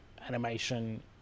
animation